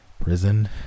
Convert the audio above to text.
Prison